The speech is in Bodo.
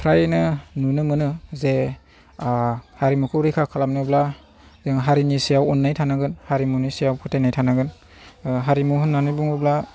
फ्रायनो नुनो मोनो जे हारिमुखौ रैखा खालामनोब्ला जों हारिनि सायाव अननाय थानांगोन हारिमुनि सायाव फोथायनाय थानांगोन हारिमु होननानै बुङोब्ला